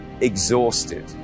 exhausted